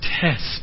test